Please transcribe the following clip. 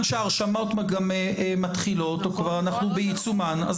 שההרשמות מתחילות או שאנחנו כבר בעיצומן,